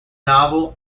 novel